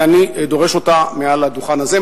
ואני דורש אותה מעל הדוכן הזה,